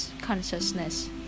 consciousness